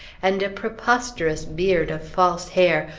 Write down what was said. and preposterous beard of false hair,